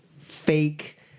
fake